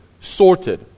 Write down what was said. sorted